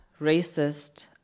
racist